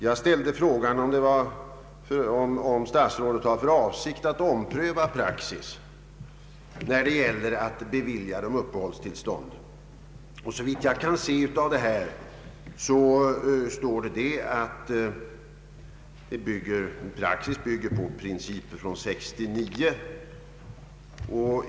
Jag ställde frågan om statsrådet har för avsikt att ompröva praxis när det gäller att bevilja desertörerna uppehållstillstånd, men såvitt jag kan se av svaret står det att praxis bygger på principer från 1969.